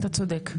אתה צודק.